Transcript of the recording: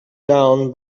down